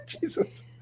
Jesus